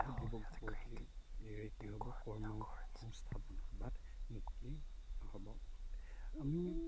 বহুত যুৱক যুৱৰ্তীৰে কি হ'ব কৰ্ম সংস্থাপনৰ বাট মুকলি হ'ব আমি